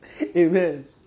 Amen